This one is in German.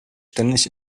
ständig